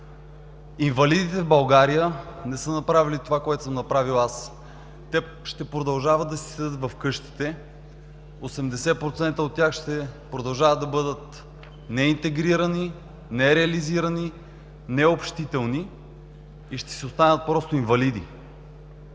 инвалидите в България не са направили това, което съм направил аз. Те ще продължават да си седят в къщите, 80% от тях ще продължават да бъдат неинтегрирани, нереализирани, необщителни и ще си останат просто инвалиди.